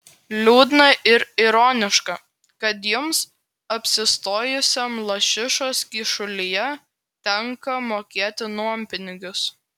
liūdna ir ironiška kad jums apsistojusiam lašišos kyšulyje tenka mokėti nuompinigius